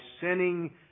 sinning